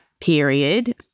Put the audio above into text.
period